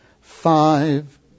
Five